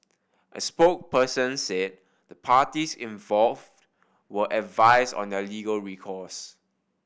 a spokesperson said the parties involve were advise on their legal recourse